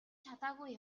чадаагүй